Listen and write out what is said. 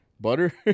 butter